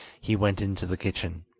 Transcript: he went into the kitchen.